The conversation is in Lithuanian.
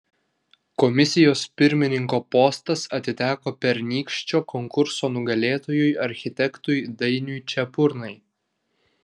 komisijos pirmininko postas atiteko pernykščio konkurso nugalėtojui architektui dainiui čepurnai